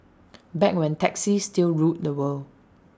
back when taxis still ruled the world